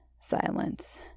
silence